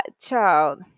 child